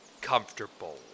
comfortable